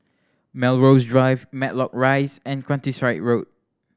Melrose Drive Matlock Rise and Countryside Road